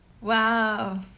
Wow